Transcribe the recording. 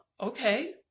okay